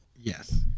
Yes